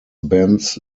benz